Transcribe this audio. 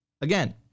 again